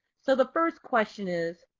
so the first question is,